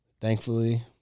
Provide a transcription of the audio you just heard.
thankfully